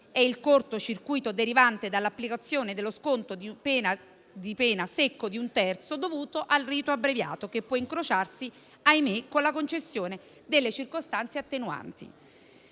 è il corto circuito derivante dall'applicazione dello sconto di pena secco di un terzo dovuto al rito abbreviato, che può incrociarsi - ahimè - con la concessione delle circostanze attenuanti.